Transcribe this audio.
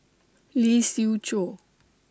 Lee Siew Choh